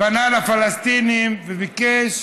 פנה לפלסטינים וביקש